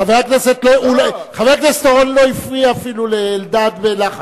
חבר הכנסת אורון לא הפריע אפילו לאלדד בלחש.